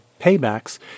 paybacks